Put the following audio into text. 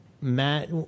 Matt